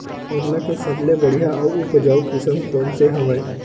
सरना के सबले बढ़िया आऊ उपजाऊ किसम कोन से हवय?